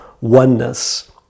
oneness